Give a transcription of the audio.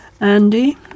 Andy